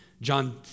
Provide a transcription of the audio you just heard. John